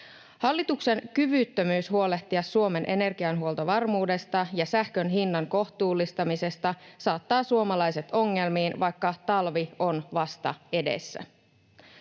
Hallituksen kyvyttömyys huolehtia Suomen energiahuoltovarmuudesta ja sähkön hinnan kohtuullistamisesta saattaa suomalaiset ongelmiin, vaikka talvi on vasta edessä.